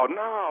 no